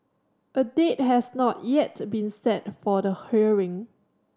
a date has not yet been set for the hearing